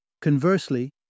Conversely